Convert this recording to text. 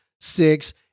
six